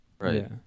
right